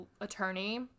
attorney